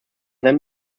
then